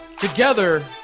Together